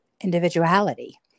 individuality